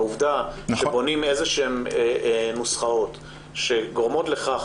העובדה שבונים איזה שהן נוסחאות שגורמות לכך